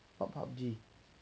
what P_U_B_G